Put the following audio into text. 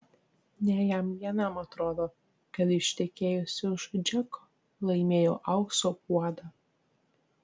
ne jam vienam atrodo kad ištekėjusi už džeko laimėjau aukso puodą